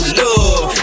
love